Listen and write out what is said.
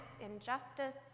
injustice